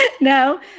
No